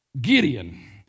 Gideon